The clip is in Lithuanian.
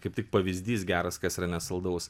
kaip tik pavyzdys geras kas yra nesaldaus